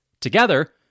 Together